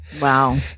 Wow